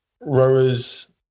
rowers